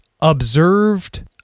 observed